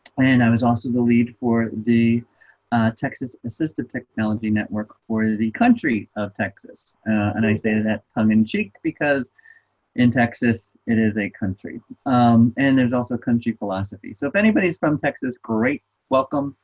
and i was also the lead for the texas assistive technology network for the country of texas and i stated that tongue-in-cheek because in texas, it is a country um and there's also country philosophy so if anybody's from texas great welcome,